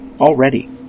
Already